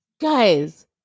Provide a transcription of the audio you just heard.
guys